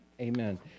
Amen